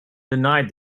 denied